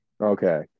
okay